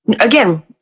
again